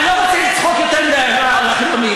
אני לא רוצה לצחוק יותר מדי על החילונים.